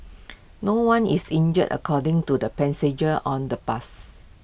no one is injured according to the passenger on the bus